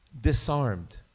disarmed